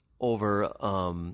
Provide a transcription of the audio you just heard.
over